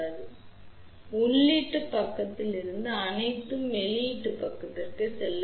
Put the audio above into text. எனவே உள்ளீட்டு பக்கத்தில் இருந்து அனைத்தும் வெளியீட்டு பக்கத்திற்கு செல்ல வேண்டும்